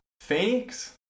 Phoenix